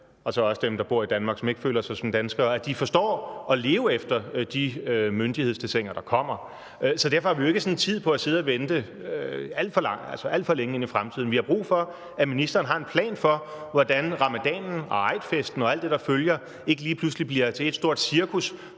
og også dem, der bor i Danmark og ikke føler sig som danskere – forstår at leve efter de myndighedsdessiner, der kommer. Derfor har vi jo ikke tid til sådan at sidde og vente alt for længe ind i fremtiden. Vi har brug for, at ministeren har en plan for, hvordan ramadanen og eidfesten og alt det, der følger, ikke lige pludselig bliver til ét stort cirkus,